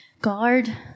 Guard